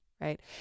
right